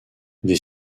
des